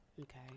Okay